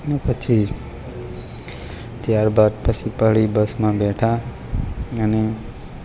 અને પછી ત્યારબાદ પછી ફરી બસમાં બેઠા અને